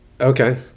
Okay